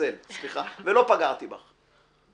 ולא פגעתי בך.